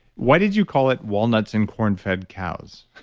why did you call it walnuts in corn-fed cows?